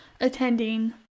attending